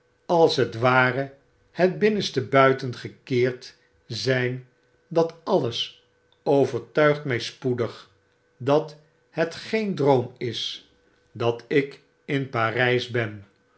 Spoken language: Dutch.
als het ware het binnenste buiten gekeerd zyn dat alles overtuigt my spoedig dat het geen droom is dat ik in parijs ben